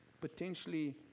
potentially